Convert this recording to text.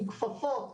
עם כפפות,